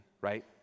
right